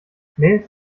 mails